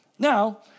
Now